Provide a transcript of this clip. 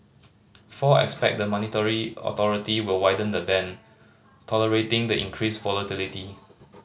four expect the monetary authority will widen the band tolerating the increased volatility